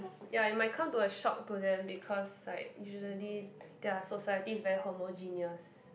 ya it might come to a shock to them because like usually their society is very homogeneous